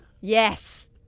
Yes